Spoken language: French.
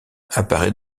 apparaît